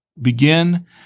begin